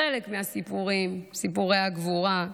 חלק מהסיפורים, סיפורי הגבורה,